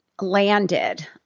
landed